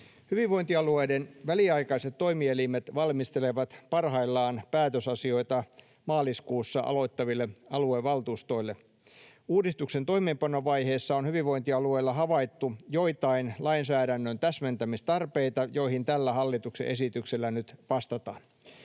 Hyvinvointialueiden väliaikaiset toimielimet valmistelevat parhaillaan päätösasioita maaliskuussa aloittaville aluevaltuustoille. Uudistuksen toimeenpanovaiheessa on hyvinvointialueilla havaittu joitain lainsäädännön täsmentämistarpeita, joihin tällä hallituksen esityksellä nyt vastataan.